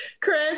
Chris